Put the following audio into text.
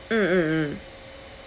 mm mm mm